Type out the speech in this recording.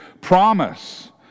promise